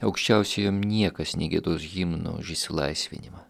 aukščiausiajam niekas negiedos himnų už išsilaisvinimą